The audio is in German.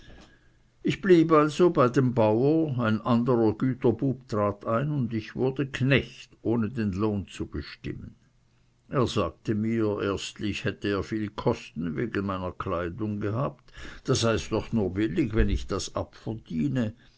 ich blieb also bei dem bauern ein anderer güterbub trat ein und ich wurde knecht ohne daß wir um einen bestimmten lohn einig geworden wären er sagte mir erstlich hätte er viel kosten wegen meiner kleidung gehabt da sei's doch nur billig wenn ich das